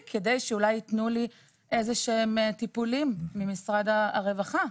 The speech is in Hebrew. כדי שאולי ייתנו לי איזה שהם טיפולים ממשרד הרווחה.